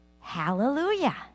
Hallelujah